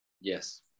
yes